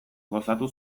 gozatu